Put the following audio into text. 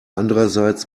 andererseits